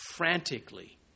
Frantically